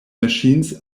machines